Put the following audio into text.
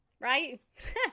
Right